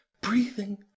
breathing